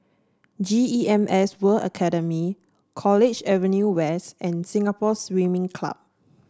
G E M S World Academy College Avenue West and Singapore Swimming Club